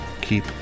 keep